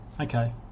Okay